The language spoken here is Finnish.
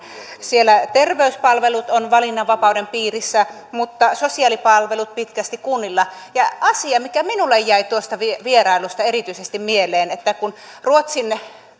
siellä terveyspalvelut ovat valinnanvapauden piirissä mutta sosiaalipalvelut pitkästi kunnilla ja asia mikä minulle jäi tuosta vierailuista erityisesti mieleen on se että kun